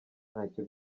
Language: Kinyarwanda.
ntacyo